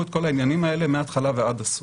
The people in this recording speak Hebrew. את כל העניינים האלה מההתחלה ועד הסוף.